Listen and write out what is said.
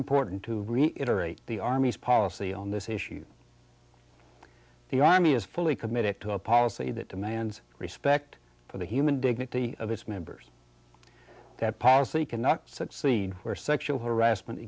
important to reiterate the army's policy on this issue the army is fully committed to a policy that demands respect for the human dignity of its members that policy cannot succeed where sexual harassment